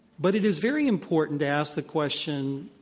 but it is very important to ask the question